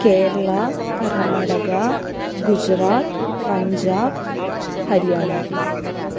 Kerala Karnataka Gujarat Punjab Haryana